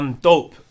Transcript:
dope